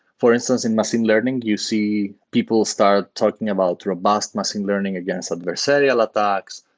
for instance, in machine learning, you see people start talking about robust machine learning against adversarial attacks.